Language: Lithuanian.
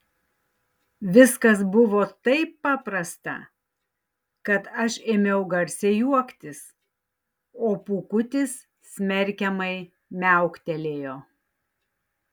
viskas buvo taip paprasta kad aš ėmiau garsiai juoktis o pūkutis smerkiamai miauktelėjo